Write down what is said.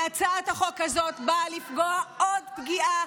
והצעת החוק הזאת באה לפגוע עוד פגיעה